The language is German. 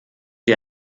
sie